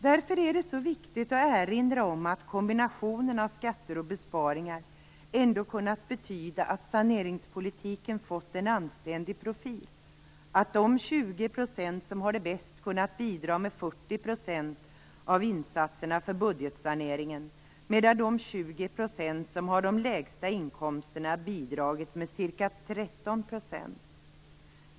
Därför är det så viktigt att erinra om att kombinationen av skatter och besparingar ändå kunnat betyda att saneringspolitiken fått en anständig profil, att de 20 % som har det bäst kunnat bidra med 40 % av insatserna för budgetsaneringen, medan de 20 % som har de lägsta inkomsterna bidragit med ca 13 %.